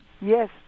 Yes